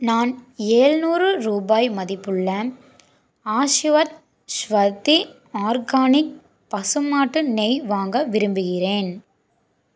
நான் ஏழுநூறு ரூபாய் மதிப்புள்ள ஆஷிர்வத் ஸ்வதி ஆர்கானிக் பசுமாட்டு நெய் வாங்க விரும்புகிறேன்